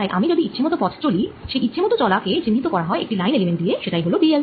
তাই আমি যদি ইচ্ছেমত পথে চলি সেই ইচ্ছেমত চলা কে চিহ্নিত করা হয় একটি লাইন এলিমেন্ট দিয়ে সেটাই হল dL